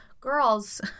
girls